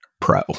pro